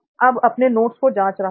अब अपने नोट्स को जांच रहा है